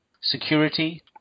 security